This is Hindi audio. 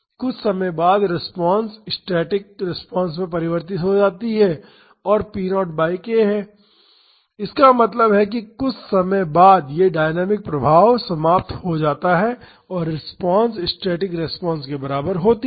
कुछ समय बाद रिस्पांस स्टैटिक रिस्पांस में परिवर्तित हो जाती है जो कि p0 बाई k है इसका मतलब है कि कुछ समय बाद यह डायनामिक प्रभाव समाप्त हो जाता है और रिस्पांस स्टैटिक रिस्पांस के बराबर होती है